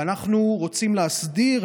ואנחנו רוצים להסדיר,